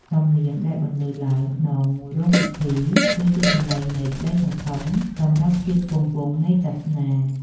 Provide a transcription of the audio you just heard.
សំនៀងដែលបន្លឺឡើងក្នុងរោងពិធី គឺជាសម្លេងនៃក្ដីសង្ឃឹមសម្រាប់ភាពគង់វង្សនៃសាសនា។